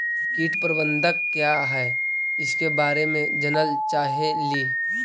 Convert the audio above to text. कीट प्रबनदक क्या है ईसके बारे मे जनल चाहेली?